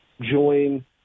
join